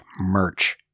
merch